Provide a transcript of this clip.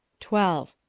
twelve.